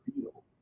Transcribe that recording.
feel